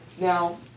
Now